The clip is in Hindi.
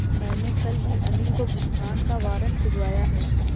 मैंने कल ही अनिल को भुगतान का वारंट भिजवाया है